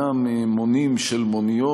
בבקשה, אדוני.